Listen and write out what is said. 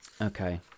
Okay